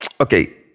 Okay